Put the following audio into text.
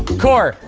cor,